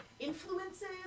Influences